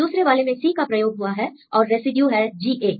दूसरे वाले में C का प्रयोग हुआ है और रेसिड्यू है GA